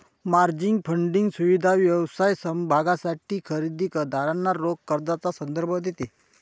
margin funding सुविधा व्यवसाय समभागांसाठी खरेदी दारांना रोख कर्जाचा संदर्भ देते